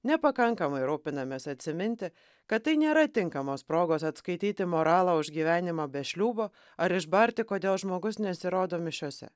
nepakankamai rūpinamės atsiminti kad tai nėra tinkamos progos atskaityti moralą už gyvenimą be šliūbo ar išbarti kodėl žmogus nesirodo mišiose